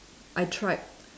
I tried